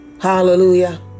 Hallelujah